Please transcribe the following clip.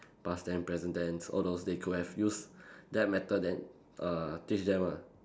past tense present tense all those thing could have used that method then err teach them ah